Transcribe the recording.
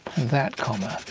that comma.